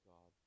God